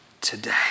today